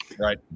right